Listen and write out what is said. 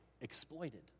exploited